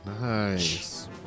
Nice